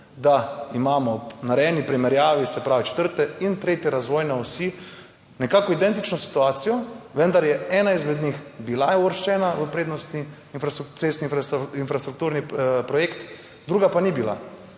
da imamo ob narejeni primerjavi, se pravi, četrte in tretje razvojne osi nekako identično situacijo, vendar je ena izmed njih bila uvrščena v prednostni infrastrukturni projekt, druga pa ni bila.